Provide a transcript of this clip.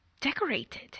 decorated